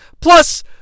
plus